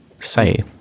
say